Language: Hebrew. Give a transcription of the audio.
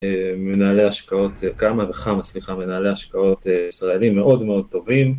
מנהלי השקעות, כמה וכמה, סליחה, מנהלי השקעות ישראלים מאוד מאוד טובים.